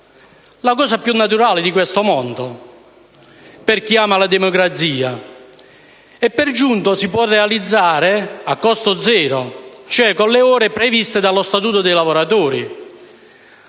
cosa più naturale di questo mondo per chi ama la democrazia, e per giunta si può realizzare a costo zero, ossia nelle ore previste dallo Statuto dei lavoratori,